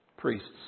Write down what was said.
priests